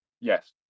Yes